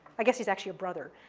i guess he's actually a brother,